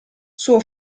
suo